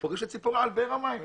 פוגש את ציפורה על באר המים.